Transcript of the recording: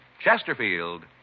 Chesterfield